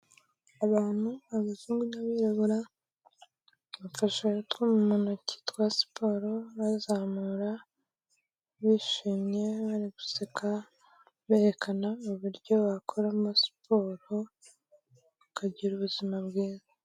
Abantu, abazungu n'abirabura, bafasha utwutwuma mu ntoki twa siporo, bazamura bishimye bari guseka berekana uburyo wakoramo siporo ukagira ubuzima bwiza.